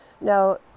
now